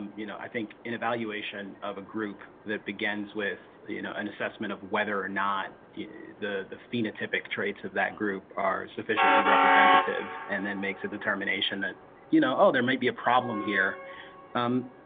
you know, i think an evaluation of a group that begins with you know an assessment of whether or not the the phenotypic traits of that group are sufficiently representative and then makes a determination that you know, oh, there might be a problem here um,